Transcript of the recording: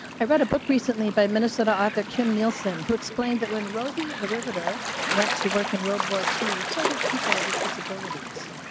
about a book recently by minnesota at the kim nelson who explained that one rosie the riveter went to work in world war two so did people with disabilities.